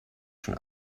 schon